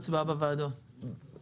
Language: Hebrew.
אין מספר לבית עצמו והדואר לא מגיע הישר